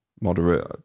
moderate